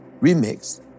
remix